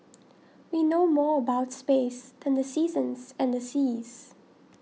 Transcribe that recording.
we know more about space than the seasons and the seas